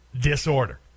disorder